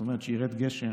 זאת אומרת, שירד גשם,